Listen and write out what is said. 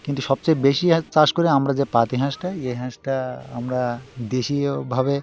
কিন্তু সবচেয়ে বেশি হ চাষ করে আমরা যে পাতিহাঁসটা এই হাঁসটা আমরা দেশীয়ভাবে